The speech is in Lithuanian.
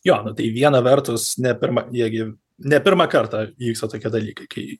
jo na tai viena vertus ne per ma jie gi ne pirmą kartą įvyksta tokie dalykai kai